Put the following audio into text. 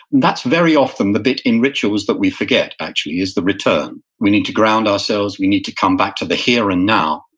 that's very often the bit in rituals that we forget actually, is the return. we need to ground ourselves, we need to come back to the here and now.